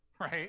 right